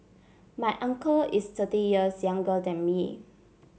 my uncle is thirty years younger than me